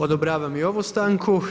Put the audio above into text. Odobravam i ovu stanku.